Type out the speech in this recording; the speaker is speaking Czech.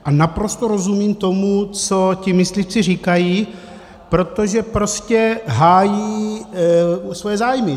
A naprosto rozumím tomu, co myslivci říkají, protože prostě hájí svoje zájmy.